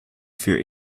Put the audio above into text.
für